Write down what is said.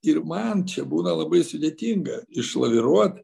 ir man čia būna labai sudėtinga išlaviruot